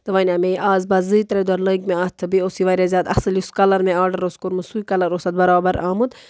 تہٕ وَنۍ آو مےٚ یہِ آز بَس زٕے ترٛےٚ دۄہ لگٕۍ مےٚ اَتھ تہٕ بیٚیہِ اوس یہِ واریاہ زیادٕ اَصٕل یُس کَلَر مےٚ آرڈَر اوس کوٚرمُت سُے کَلَر اوس اَتھ برابر آمُت